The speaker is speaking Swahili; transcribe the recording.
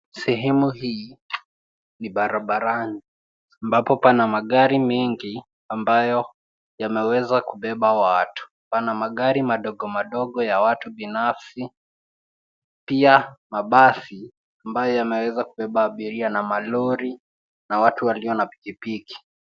Sehemu hii ni barabarani ambapo pana magari mengi ambayo yameweza kubeba watu. Pana magari madogo madogo ya watu binafsi, pia mabasi ambayo yanaweza kubeba abiria na malori na watu walio na pikipiki.